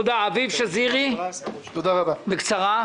אביב שזירי, בבקשה, בקצרה.